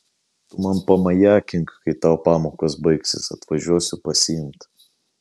tu man pamajakink kai tau pamokos baigsis atvažiuosiu pasiimt